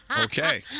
Okay